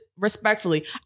Respectfully